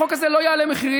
החוק הזה לא יעלה מחירים,